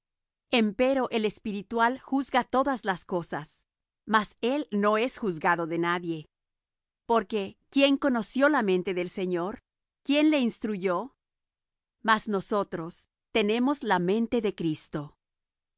espiritualmente empero el espiritual juzga todas las cosas mas él no es juzgado de nadie porque quién conoció la mente del señor quién le instruyó mas nosotros tenemos la mente de cristo